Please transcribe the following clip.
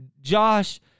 Josh